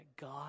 God